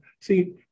see